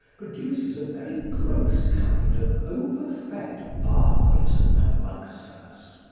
produces a very gross kind of over-fed barbarism amongst us.